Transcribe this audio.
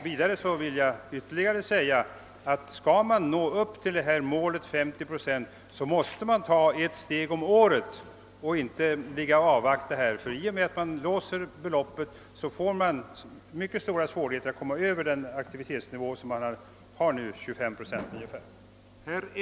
Vidare vill jag säga att om man skall kunna nå upp till målet 50 procent måste man ta ett steg om året och inte ligga och avvakta här. I och med att man låser beloppet får man mycket stora svårigheter att komma över den aktivitetsnivå på 25 procent, som man nu har.